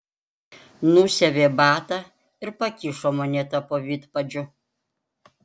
nusiavė batą ir pakišo monetą po vidpadžiu